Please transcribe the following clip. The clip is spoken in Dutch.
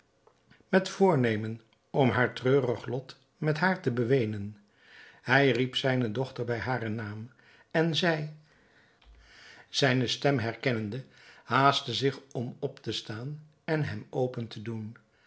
met voornemen om haar treurig lot met haar te beweenen hij riep zijne dochter bij haren naam en zij zijne stem herkennende haastte zich om op te staan en hem open te doen